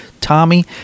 Tommy